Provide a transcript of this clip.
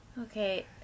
okay